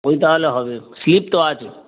ওই তাহলে হবে স্লিপ তো আছে